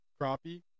crappie